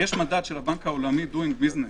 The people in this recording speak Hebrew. יש מדד של הבנק העולמי doing buissness.